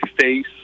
face